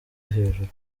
hejuru